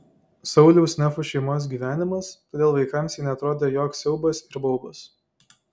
sauliaus nefų šeimos gyvenimas todėl vaikams ji neatrodė joks siaubas ir baubas